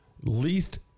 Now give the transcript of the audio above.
least